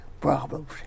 problems